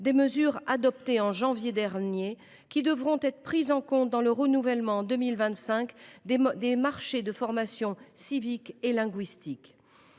des mesures adoptées au mois de janvier dernier, qui devront être prises en compte dans le renouvellement, en 2025, des marchés de formation civique et linguistique.